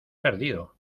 perdido